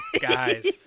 guys